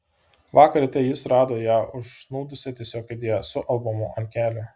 vakar ryte jis rado ją užsnūdusią tiesiog kėdėje su albumu ant kelių